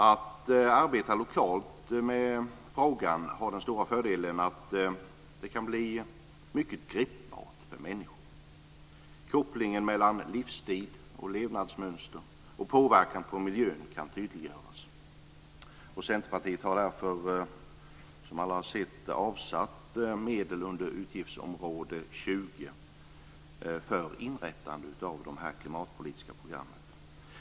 Att arbeta lokalt med frågan har den stora fördelen att det kan bli mycket gripbart för människor. Kopplingen mellan livsstil och levnadsmönster och påverkan på miljön kan tydliggöras. Centerpartiet har därför avsatt medel under utgiftsområde 20 för inrättande av det klimatpolitiska programmet.